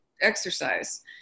exercise